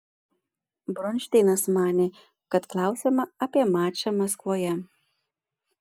bronšteinas manė kad klausiama apie mačą maskvoje